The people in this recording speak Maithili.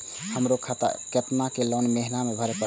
हमरो केतना लोन महीना में भरे परतें?